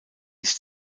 ist